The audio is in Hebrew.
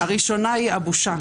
הראשונה היא הבושה.